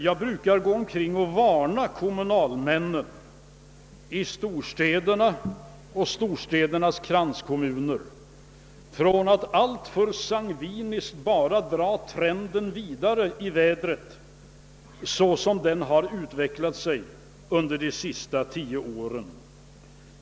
Jag brukar varna kommunalmännen i storstäderna och storstädernas kranskommuner från att alltför sangviniskt bara dra trenden vidare 1 vädret, såsom den har utvecklat sig under de senaste tio åren.